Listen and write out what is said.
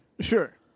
Sure